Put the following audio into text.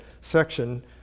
section